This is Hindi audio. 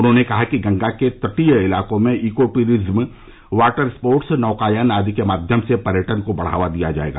उन्होंने कहा कि गंगा के तटीय इलाकों में ईको टूरिज्म वाटर स्पोर्ट्स नौकायान आदि के माध्यम से पर्यटन को बढ़ावा दिया जाएगा